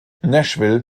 nashville